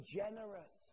generous